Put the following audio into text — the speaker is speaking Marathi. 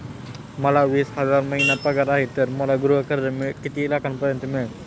मला वीस हजार महिना पगार आहे तर मला गृह कर्ज किती लाखांपर्यंत मिळेल?